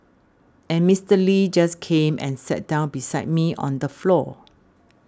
and Mister Lee just came and sat down beside me on the floor